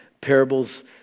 parables